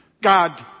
God